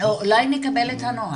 או אולי נקבל את הנוהל.